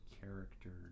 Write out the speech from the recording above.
character